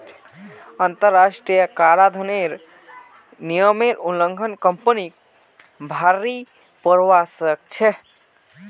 अंतरराष्ट्रीय कराधानेर नियमेर उल्लंघन कंपनीक भररी पोरवा सकछेक